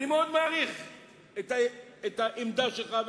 אני מאוד מעריך את העמדה שלך.